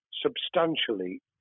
substantially